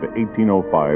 1805